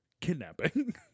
kidnapping